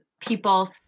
people